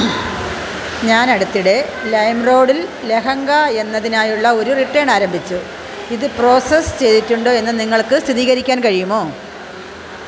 ഞാൻ അടുത്തിടെ ലൈമ്റോഡിൽ ലെഹങ്ക എന്നതിനായുള്ള ഒരു റിട്ടേൺ ആരംഭിച്ചു ഇത് പ്രോസസ്സ് ചെയ്തിട്ടുണ്ടോ എന്ന് നിങ്ങൾക്ക് സ്ഥിതികരിക്കാൻ കഴിയുമോ